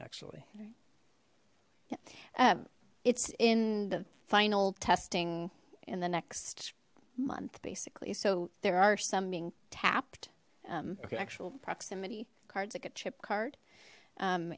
actually it's in the final testing in the next month basically so there are some being tapped actual proximity cards like a chip card